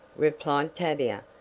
replied tavia,